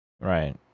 Right